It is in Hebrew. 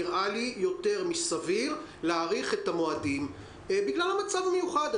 נראה לי יותר מסביר להאריך את המועדים בגלל המצב המיוחד.